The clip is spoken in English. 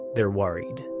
they're worried